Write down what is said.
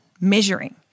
measuring